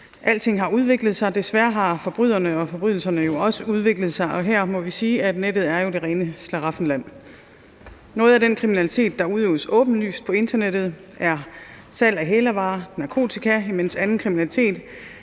Alting har udviklet sig, og desværre har forbryderne og forbrydelserne også udviklet sig, og her må vi jo sige, at nettet er det rene slaraffenland. Noget af den kriminalitet, der udøves åbenlyst på internettet, er salg af hælervarer og narkotika, mens anden kriminalitet